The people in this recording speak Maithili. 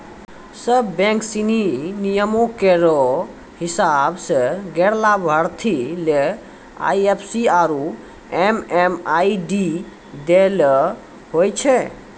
सब बैंक सिनी नियमो केरो हिसाब सें गैर लाभार्थी ले आई एफ सी आरु एम.एम.आई.डी दै ल होय छै